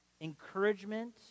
encouragement